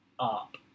up